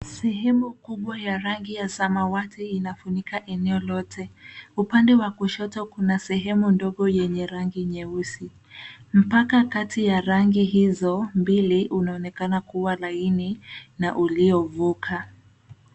Sehemu kubwa ya rangi ya samawati inafunika eneo lote. Upande wa kushoto kuna sehemu ndogo yenye rangi nyeusi. Mpaka kati ya rangi izo mbili unaonekana kuwa laini na uliovuka.